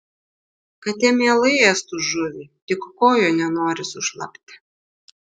katė mielai ėstų žuvį tik kojų nenori sušlapti